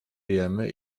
jemy